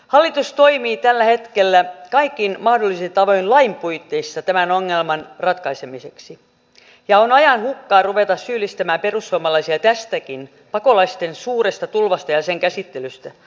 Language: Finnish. hallitus toimii tällä hetkellä kaikin mahdollisin tavoin lain puitteissa tämän ongelman ratkaisemiseksi ja on ajanhukkaa ruveta syyllistämään perussuomalaisia tästäkin pakolaisten suuresta tulvasta ja sen käsittelystä